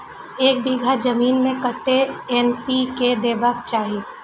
एक बिघा जमीन में कतेक एन.पी.के देबाक चाही?